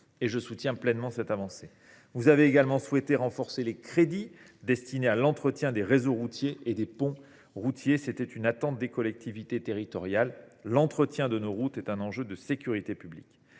Je soutiens pleinement cette avancée. Vous avez également souhaité renforcer les crédits destinés à l’entretien des réseaux routiers et des ponts routiers, répondant ainsi à une attente des collectivités territoriales. L’entretien de nos routes est un enjeu de sécurité publique.